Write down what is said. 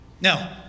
Now